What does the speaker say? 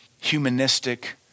humanistic